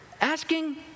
asking